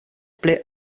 pli